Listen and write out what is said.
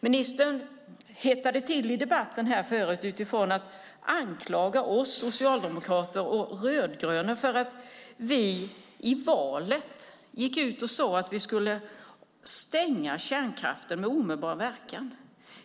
Ministern hettade till i debatten förut och anklagade oss socialdemokrater och De rödgröna för att vi i valet gick ut och sade att vi skulle stänga kärnkraften med omedelbar verkan. Men